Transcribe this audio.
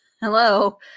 hello